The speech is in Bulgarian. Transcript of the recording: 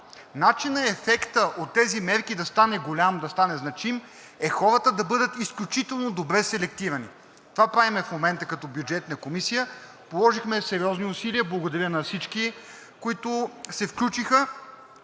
Начинът, ефектът от тези мерки да стане голям, да стане значим, е хората да бъдат изключително добре селектирани. Това правим в момента като Бюджетна комисия. Положихме сериозни усилия, благодаря на всички, които се включиха,